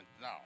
now